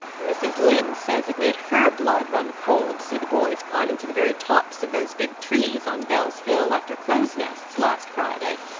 mrs. lynde says it made her blood run cold to see the boys climbing to the very tops of those big trees on bell's hill after crows' nests last friday,